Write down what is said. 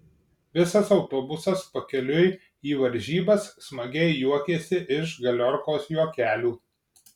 visas autobusas pakeliui į varžybas smagiai juokėsi iš galiorkos juokelių